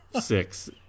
six